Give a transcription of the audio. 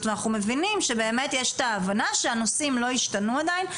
אנחנו מבינים שבאמת יש את ההבנה שהנושאים לא השתנו עדיין,